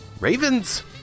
Ravens